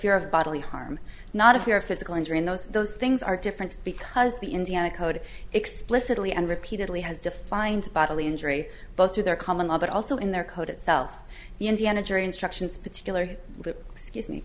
have bodily harm not of your physical injury and those those things are different because the indiana code explicitly and repeatedly has defined bodily injury both to their common law but also in their code itself the indiana jury instructions particularly excuse me